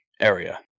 area